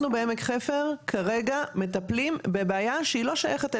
אנחנו בעמק חפר כרגע מטפלים בבעיה שלא שייכת אלינו,